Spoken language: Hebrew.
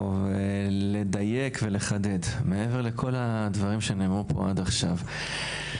לדייק ולחדד מעבר לכל הדברים שנאמרו פה עד עכשיו.